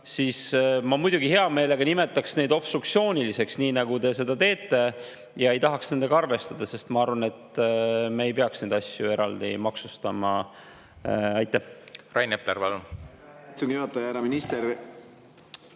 siis ma muidugi hea meelega nimetaks neid obstruktsiooniliseks, nii nagu te seda teete, ja ei tahaks nendega arvestada, sest ma arvan, et me ei peaks neid asju eraldi maksustama. Aitäh! Kui EKRE